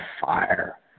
fire